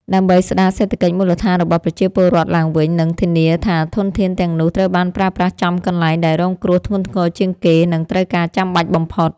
ដើម្បីស្តារសេដ្ឋកិច្ចមូលដ្ឋានរបស់ប្រជាពលរដ្ឋឡើងវិញ និងធានាថាធនធានទាំងនោះត្រូវបានប្រើប្រាស់ចំកន្លែងដែលរងគ្រោះធ្ងន់ធ្ងរជាងគេ និងត្រូវការចាំបាច់បំផុត។